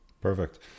Perfect